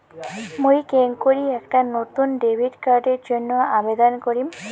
মুই কেঙকরি একটা নতুন ডেবিট কার্ডের জন্য আবেদন করিম?